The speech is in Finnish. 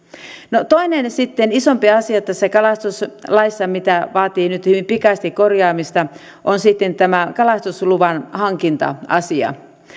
no sitten toinen isompi asia tässä kalastuslaissa mikä vaatii nyt hyvin pikaista korjaamista on sitten tämä kalastusluvan hankinta asia